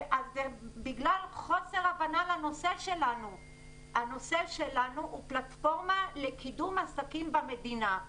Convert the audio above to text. ובגלל חוסר הבנה שלנו הנושא שלנו הוא פלטפורמה לקידום עסקים במדינה.